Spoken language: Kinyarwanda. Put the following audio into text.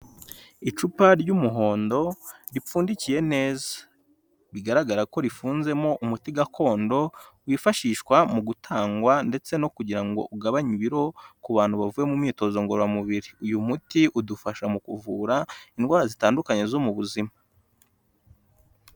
Icupa ry'umuhondo ripfundikiye neza, bigaragara ko rifunzemo umuti gakondo wifashishwa mu gutangwa ndetse no kugira ngo ugabanye ibiro ku bantu bavuye mu myitozo ngororamubiri. Uyu muti udufasha mu kuvura indwara zitandukanye zo mu buzima.